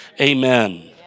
amen